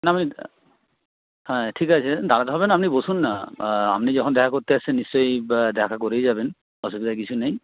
না আমি হ্যাঁ ঠিক আছে দাঁড়াতে হবে না আপনি বসুন না আপনি যখন দেখা করতে এসছেন নিশ্চয় দেখা করেই যাবেন অসুবিধার কিছু নেই